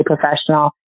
professional